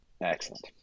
Excellent